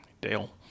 Dale